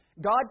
God